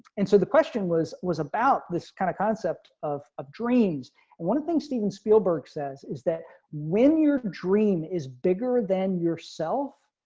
and so the question was, was about this kind of concept of of dreams and one of the things, steven spielberg says is that when your dream is bigger than yourself.